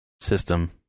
system